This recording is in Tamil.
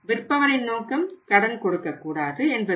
விற்பவரின் நோக்கம் கடன் கொடுக்கக் கூடாது என்பது